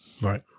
Right